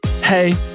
Hey